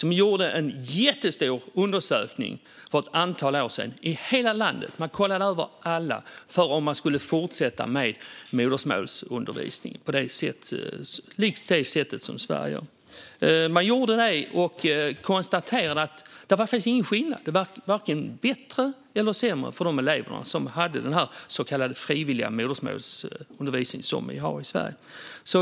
Där gjorde man för ett antal år sedan en jättestor undersökning i hela landet - man kollade över alla - för att se om man skulle fortsätta med modersmålsundervisning likt det sätt som vi har i Sverige. Man konstaterade att det inte fanns någon skillnad. Det gick varken bättre eller sämre för de elever som hade den så kallade frivilliga modersmålsundervisningen, som vi också har i Sverige.